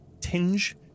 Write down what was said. tinge